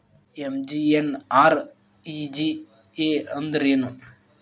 MGNREGA ಅಂದ್ರೆ ಏನು?